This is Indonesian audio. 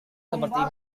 seperti